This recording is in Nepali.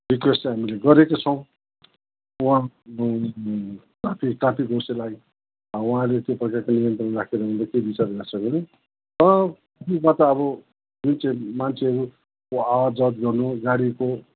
रिक्वेस्ट हामीले गरेका छौँ ट्राफिक ट्राफिक ओसीलाई अब उहाँले त्यो प्रकारको नियन्त्रणमा राखेर उनले के विचार गर्छ हेरौँ अब स्कुलमा त आबो मान्छे मान्छेहरूको आवत जावत गर्नु गाडीको